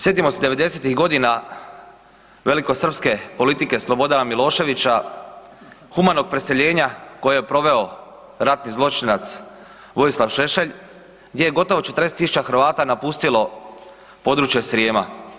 Sjetimo se 90-ih godina, velikosrpske politike Slobodana Miloševića, humanog preseljenja koje je proveo ratni zločinac Vojislav Šešelj, gdje je gotovo 40 tisuća Hrvata napustilo područje Srijema.